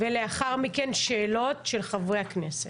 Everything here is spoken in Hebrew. לאחר מכן שאלות של חברי הכנסת.